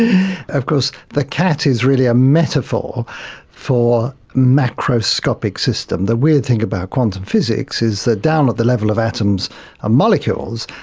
of course the cat is really a metaphor for macroscopic system. the weird thing about quantum physics is that down at the level of atoms and ah molecules,